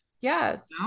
Yes